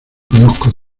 conozco